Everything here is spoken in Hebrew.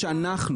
ובזמן שהם,